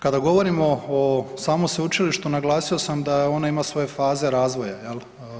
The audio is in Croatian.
Kada govorimo o samom sveučilištu naglasio sam da ona ima svoje faze razvoja, jel.